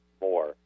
more